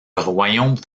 royaume